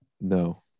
No